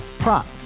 Prop